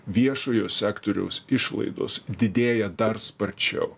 viešojo sektoriaus išlaidos didėja dar sparčiau